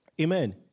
Amen